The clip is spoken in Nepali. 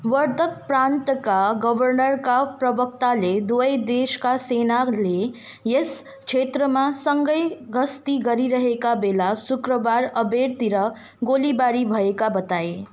वर्दक प्रान्तका गभर्नरका प्रवक्ताले दुवै देशका सेनाले यस क्षेत्रमा सँगै गस्ती गरिरहेका बेला शुक्रबार अबेरतिर गोलीबारी भएका बताए